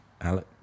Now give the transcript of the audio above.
Alec